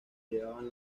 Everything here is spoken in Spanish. llevaban